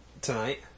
tonight